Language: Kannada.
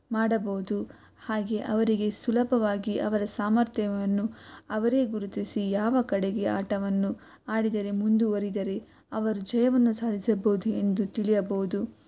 ಮಾಡಬಹುದು ಹಾಗೇ ಅವರಿಗೆ ಸುಲಭವಾಗಿ ಅವರ ಸಾಮರ್ಥ್ಯವನ್ನು ಅವರೇ ಗುರುತಿಸಿ ಯಾವ ಕಡೆಗೆ ಆಟವನ್ನು ಆಡಿದರೆ ಮುಂದುವರಿದರೆ ಅವರು ಜಯವನ್ನು ಸಾಧಿಸಬಹುದು ಎಂದು ತಿಳಿಯಬಹುದು